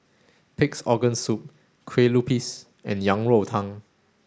pig's organ soup Kueh Lupis and Yang Rou Tang